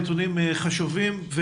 נתונים חשובים.